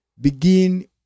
begin